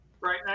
Right